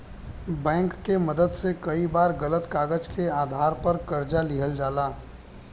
bank के मदद से कई बार गलत कागज के आधार पर कर्जा लिहल जाला